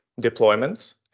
deployments